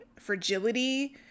fragility